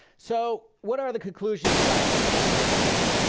so what are the conclusions about the school choice journey?